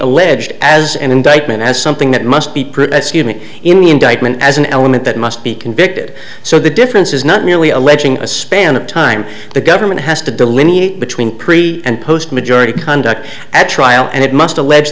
alleged as an indictment as something that must be pretty skinny in the indictment as an element that must be convicted so the difference is not merely alleging a span of time the government has to delineate between pre and post majority conduct at trial and it must allege